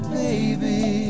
baby